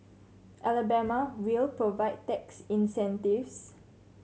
Alabama will provide tax incentives